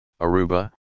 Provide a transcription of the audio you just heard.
Aruba